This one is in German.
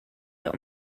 der